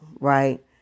right